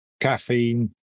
caffeine